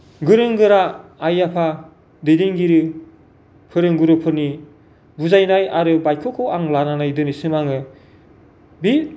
गोरों गोरा आइ आफा दैदेनगिरि फोरोंगुरुफोरनि बुजायनाय आरो बायख्य'खौ आं लानानै दिनैसिम आङो बे